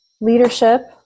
leadership